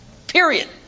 Period